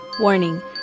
Warning